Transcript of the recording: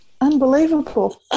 Unbelievable